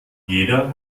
jeder